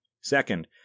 Second